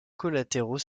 collatéraux